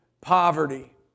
poverty